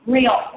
Real